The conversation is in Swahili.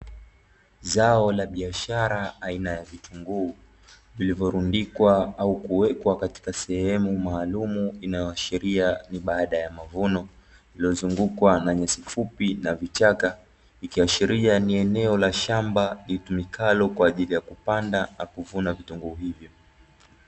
Zao la biashara aina ya vitunguu, zilivyorundikwa ama kuwekwa sehemu maalumu, inayoashiria ni baada ya mavuno, iliyozunguukwa na nyasi fupi na vichaka ikiashiria ni eneo la shamba litumikalo kwa ajili ya kupanda na kuvuna vitunguu.